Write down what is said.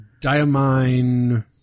Diamine –